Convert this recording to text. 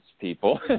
people